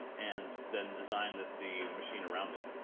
and then design the the machine around it.